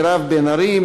מירב בן ארי,